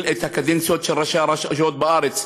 את מספר הקדנציות של ראשי הרשויות בארץ,